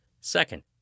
Second